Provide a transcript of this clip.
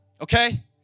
Okay